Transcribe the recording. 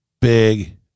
Big